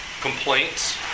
Complaints